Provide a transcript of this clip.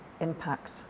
impact